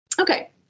Okay